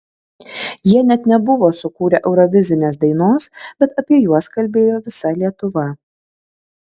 jie net nebuvo sukūrę eurovizinės dainos bet apie juos kalbėjo visa lietuva